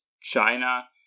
China